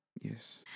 Yes